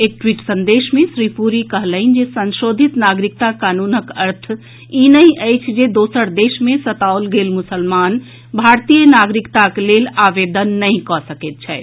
एक ट्वीट संदेश मे श्री पुरी कहलनि जे संशोधित नागरिकता कानूनक अर्थ ई नहि अछि जे दोसर देश मे सताओल गेल मुसलमान भारतीय नागरिकता लेल आवेदन नहि कऽ सकैत छथि